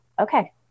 okay